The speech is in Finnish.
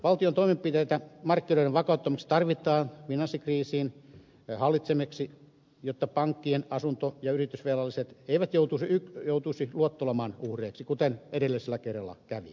valtion toimenpiteitä markkinoiden vakauttamiseksi tarvitaan finanssikriisin hallitsemiseksi jotta pankkien asunto ja yritysvelalliset eivät joutuisi luottolaman uhreiksi kuten edellisellä kerralla kävi